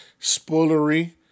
spoilery